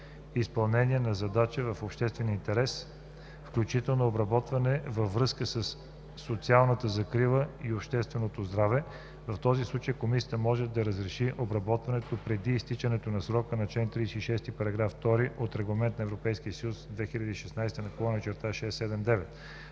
изпълнение на задача в обществен интерес, включително обработване във връзка със социалната закрила и общественото здраве. В този случай комисията може да разреши обработването преди изтичането на срока по чл. 36, параграф 2 от Регламент (ЕС) 2016/679.